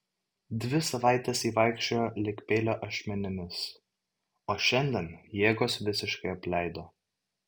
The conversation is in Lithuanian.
dvi savaites ji vaikščiojo lyg peilio ašmenimis o šiandien jėgos visiškai apleido